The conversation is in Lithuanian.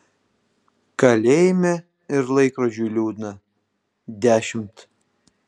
kalėjime ir laikrodžiui liūdna dešimt